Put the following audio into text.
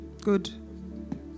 Good